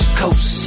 coast